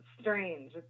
strange